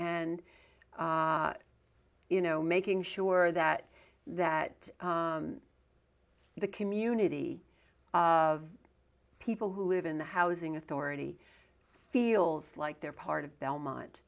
and you know making sure that that the community of people who live in the housing authority feels like they're part of belmont